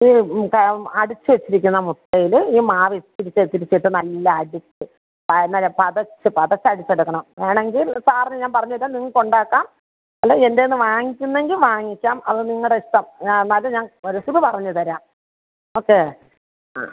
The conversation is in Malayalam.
ഈ അടിച്ച് വെച്ചിരിക്കുന്ന മുട്ടയിൽ ഈ മാവ് ഇത്തിരീശെ ഇത്തിരീശെ ഇട്ട് നല്ല അടിച്ച് എന്നാൽ പതച്ച് പതച്ച് അടിച്ചെടുക്കണം വേണമെങ്കിൽ സാറിന് ഞാൻ പറഞ്ഞുതരാം നിങ്ങൾക്ക് ഉണ്ടാക്കാം അല്ല എൻറെ നിന്ന് വാങ്ങിക്കുന്നെങ്കിൽ വാങ്ങിക്കാം അത് നിങ്ങളുടെ ഇഷ്ടം എന്നാൽ ഞാൻ റെസിപ്പി പറഞ്ഞ് തരാം ഓക്കെ ആ